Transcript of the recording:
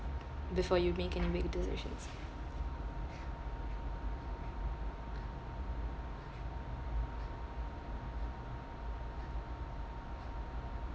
before you make any big decisions